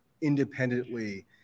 independently